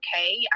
okay